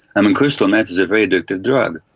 um crystal meth is a very addictive drug,